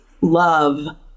love